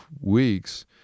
weeks